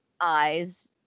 eyes